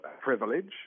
privilege